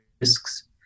risks